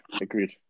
agreed